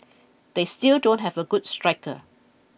they still don't have a good striker